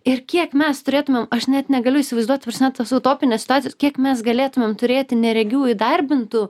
ir kiek mes turėtumėm aš net negaliu įsivaizduot ta prasme tos utopinės situacijos kiek mes galėtumėm turėti neregių įdarbintų